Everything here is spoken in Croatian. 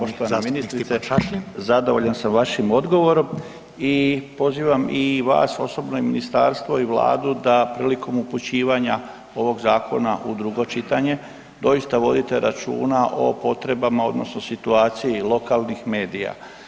Poštovana ministrice, zadovoljan sam vašim odgovorom i pozivam i vas osobno i ministarstvo i Vladu da prilikom upućivanja ovog zakona u drugo čitanje doista vodite računa o potrebama odnosno situaciji lokalnih medija.